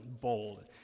bold